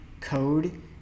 code